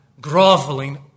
groveling